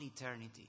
eternity